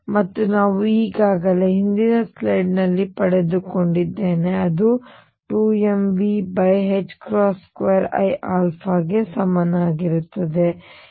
ಮತ್ತು ನಾವು ಈಗಾಗಲೇ ಹಿಂದಿನ ಸ್ಲೈಡ್ ನಲ್ಲಿ ಪಡೆದುಕೊಂಡಿದ್ದೇವೆ ಮತ್ತು ಅದು 2mV2iα ಗೆ ಸಮನಾಗಿರುತ್ತದೆ